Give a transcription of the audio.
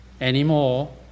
anymore